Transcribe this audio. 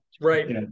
right